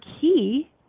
key